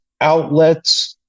outlets